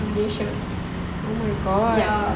malaysia oh my god